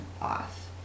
off